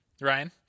Ryan